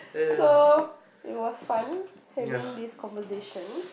so it was fun having this conversation